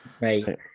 Right